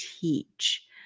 teach